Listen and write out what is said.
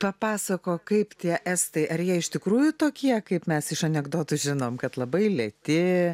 pasakok kaip tie estai ar jie iš tikrųjų tokie kaip mes iš anekdotų žinom kad labai lėti